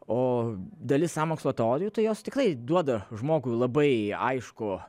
o dalis sąmokslo teorijų tai jos tikrai duoda žmogui labai aiškų